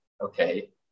okay